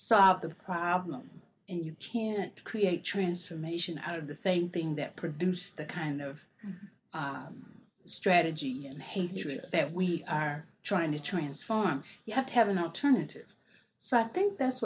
solve the problem and you can't create transformation out of the same thing that produced the kind of strategy and hatred that we are trying to transform you have to have an alternative so i think that's